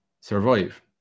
survive